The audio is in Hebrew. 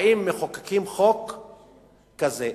באים ומחוקקים חוק כזה.